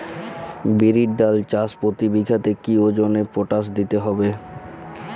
বিরির ডাল চাষ প্রতি বিঘাতে কি ওজনে পটাশ দিতে হবে?